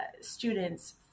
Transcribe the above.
students